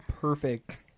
Perfect